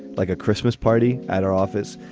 like a christmas party at our office.